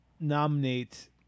nominate